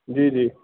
जी जी